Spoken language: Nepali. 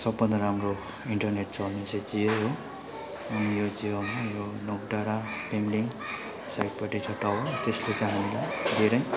सबभन्दा राम्रो इन्टरनेट चल्ने चाहिँ जियो हो अनि यो जियोमा यो नोक डाँडा पेम्लिङ साइडपट्टि छ टावर त्यसले चाहिँ हामीलाई धेरै